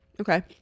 Okay